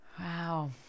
Wow